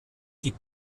die